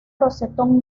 rosetón